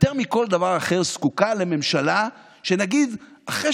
יותר מכל דבר אחר זקוקה לממשלה שנגיד אחרי